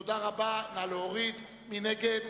מי נגד?